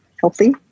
healthy